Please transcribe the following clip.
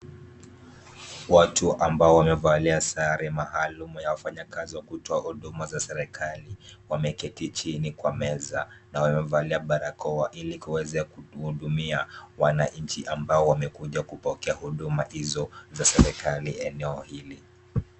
Watu ambao wamevalia sare maalum ya wafanyakazi wa kutoa huduma za serekali wameketi chini kwa meza na wamevalia barakoa ili kuweza kuhudumia wananchi ambao wamekuja kupokea huduma hizo za serekali eneo hili.